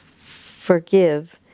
forgive